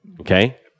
Okay